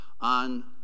on